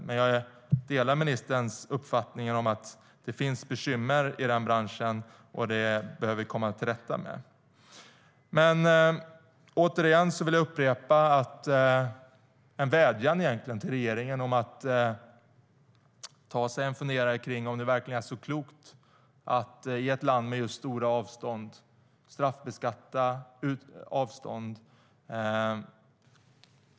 Men jag delar ministerns uppfattning om att det finns bekymmer i branschen, och det behöver vi komma till rätta med. Återigen vill jag upprepa en vädjan till regeringen om att ta sig en funderare kring om det verkligen är så klokt att i ett land med stora avstånd straffbeskatta avstånd.